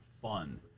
fun